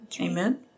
Amen